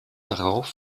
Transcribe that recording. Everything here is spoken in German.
darauf